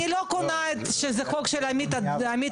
אני לא קונה פה שזה חוק של עמית הלוי,